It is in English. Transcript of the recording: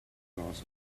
gods